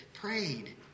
prayed